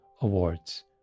awards